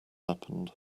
happened